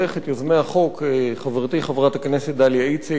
חברתי חברת הכנסת דליה ואיציק וחבר הכנסת חיים כץ,